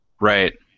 Right